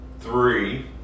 three